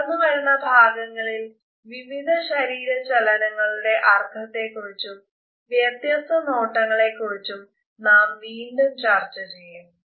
തുടർന്നു വരുന്ന ഭാഗങ്ങളിൽ വിവിധ ശരീര ചലനങ്ങളുടെ അർത്ഥത്തെ കുറിച്ചും വ്യത്യസ്ത നോട്ടങ്ങളെക്കുറിച്ചും നാം വീണ്ടും ചർച്ച ചെയ്യും